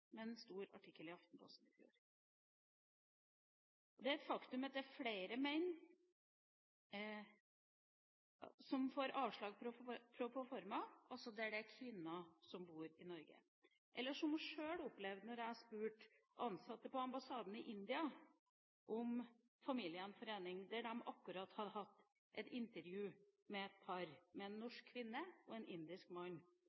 en stor artikkel i Aftenposten i fjor. Det er et faktum at det er flere menn som får avslag på proforma, altså der det er kvinnen som bor i Norge. Jeg opplevde sjøl da jeg spurte ansatte på ambassaden i India om familiegjenforening, der de akkurat hadde hatt et intervju med et par – en norsk kvinne og en indisk mann